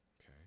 okay